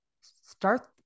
start